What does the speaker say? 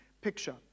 picture